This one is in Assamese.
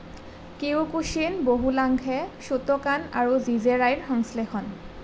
কিয়োকুশ্বিন বহুলাংশে শ্বোটোকান আৰু জিজে ৰাইৰ সংশ্লেষণ